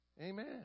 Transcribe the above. Amen